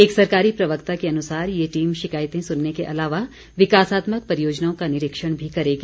एक सरकारी प्रवक्ता के अनुसार ये टीम शिकायतें सुनने के अलावा विकासात्मक परियोजनाओं का निरीक्षण भी करेगी